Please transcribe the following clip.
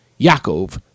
Yaakov